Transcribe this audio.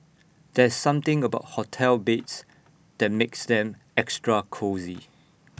there's something about hotel beds that makes them extra cosy